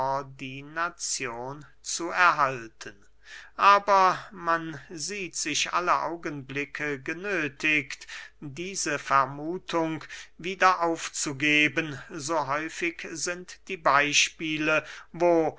subordinazion zu erhalten aber man sieht sich alle augenblicke genöthigt diese vermuthung wieder aufzugeben so häufig sind die beyspiele wo